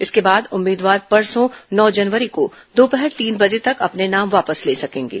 इसके बाद उम्मीदवार परसों नौ जनवरी को दोपहर तीन बजे तक अपने नाम वापस ले सकेंगे